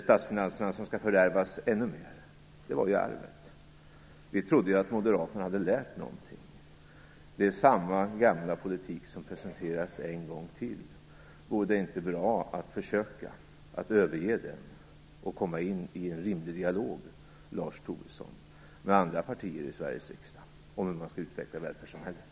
Statsfinanserna skall fördärvas ännu mer. Det var ju arvet. Vi trodde ju att moderaterna hade lärt någonting, men det är samma gamla politik som presenteras en gång till. Vore det inte bra att försöka överge den och komma in i en rimlig dialog med andra partier i Sveriges riksdag, Lars Tobisson, om hur man skall utveckla välfärdssamhället?